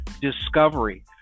Discovery